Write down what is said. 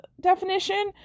definition